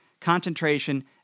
concentration